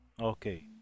Okay